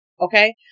okay